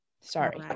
Sorry